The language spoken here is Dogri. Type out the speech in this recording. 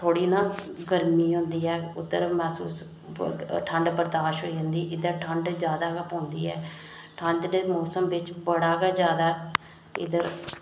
थोह्ड़ी ना गर्मी होंदी ऐ उद्धर महसूस ठंड बर्दाश्त होई जंदी ते इद्धर ठंड जादै गै पौंदी ऐ ठंड दे मौसम बिच बड़ा गै जादै इद्धर